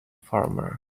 farmer